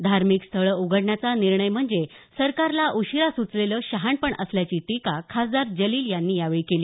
धार्मिक स्थळं उघडण्याचा निर्णय म्हणजे सरकारला उशीरा सुचलेलं शहाणपण असल्याची टीका खासदार जलील यांनी यावेळी केली